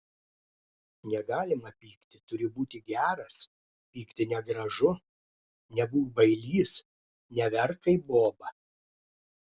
negalima pykti turi būti geras pykti negražu nebūk bailys neverk kaip boba